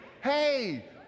Hey